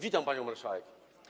Witam panią marszałek.